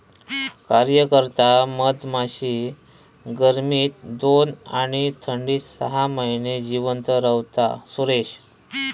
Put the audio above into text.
कार्यकर्ता मधमाशी गर्मीत दोन आणि थंडीत सहा महिने जिवंत रव्हता, सुरेश